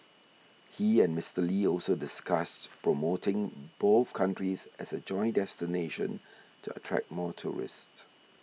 he and Mister Lee also discussed promoting both countries as a joint destination to attract more tourists